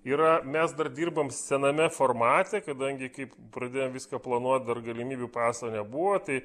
yra mes dar dirbam sename formate kadangi kaip pradėjom viską planuot dar galimybių paso nebuvo tai